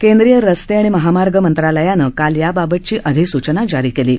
केंद्रिय रस्ते आणि महामार्ग मंत्रालयानं काल याबाबतची अधिसूचना जारी केली आहे